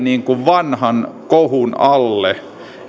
vanhan kohun alle